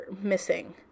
missing